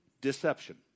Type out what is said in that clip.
Deception